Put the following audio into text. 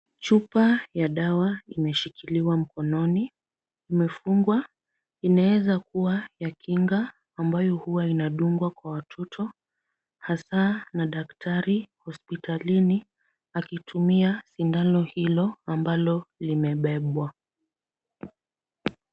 Chupa ya dawa imeshikiliwa mkononi, imefungwa. Inaweza kuwa ya kinga ambayo huwa inadungwa kwa watoto hasa na daktari hospitalini, akitumia sindano hilo ambalo limebebwa.